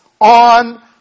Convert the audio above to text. on